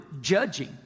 judging